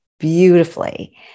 Beautifully